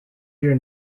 your